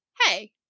hey